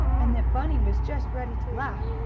and that bunny was just ready to laugh,